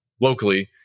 locally